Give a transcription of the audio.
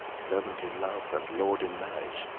servant in love, and lord in marriage.